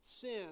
sin